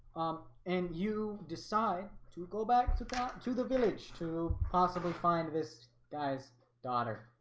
um and you decide to go back to that to the village to possibly find this guy's daughter.